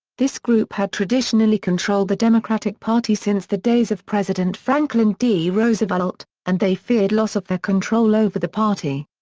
this group had traditionally controlled the democratic party since the days of president franklin d. roosevelt, and they feared loss of their control over the party.